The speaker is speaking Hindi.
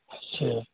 अच्छा